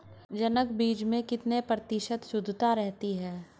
जनक बीज में कितने प्रतिशत शुद्धता रहती है?